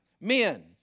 Men